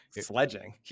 sledging